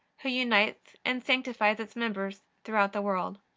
who unites and sanctifies its members throughout the world.